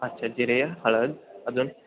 अच्छा जिरे हळद अजून